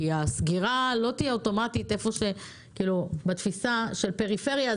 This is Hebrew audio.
הסגירה לא תהיה אוטומטית בתפיסה של פריפריה,